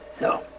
no